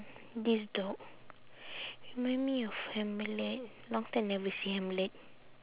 this dog remind me of hamlet long time never see hamlet